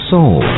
Soul